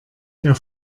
der